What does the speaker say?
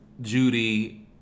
Judy